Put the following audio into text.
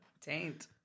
taint